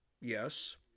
yes